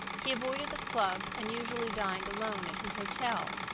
he avoided the clubs and usually dined alone at his hotel.